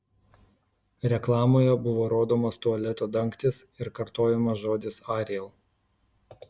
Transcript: reklamoje buvo rodomas tualeto dangtis ir kartojamas žodis ariel